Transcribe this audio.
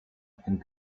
and